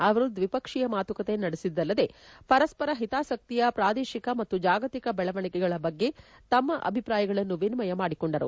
ಅವರು ದ್ವಿಪಕ್ಷೀಯ ಮಾತುಕತೆ ನಡೆಸಿದ್ದಲ್ಲದೆ ಪರಸ್ಪರ ಹಿತಾಸಕ್ತಿಯ ಪ್ರಾದೇಶಿಕ ಮತ್ತು ಜಾಗತಿಕ ಬೆಳವಣಿಗೆಗಳ ಬಗ್ಗೆ ತಮ್ಮ ಅಭಿಪ್ರಾಯಗಳನ್ನು ವಿನಿಮಯ ಮಾಡಿಕೊಂಡರು